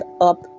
up